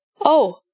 Oh